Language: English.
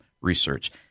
research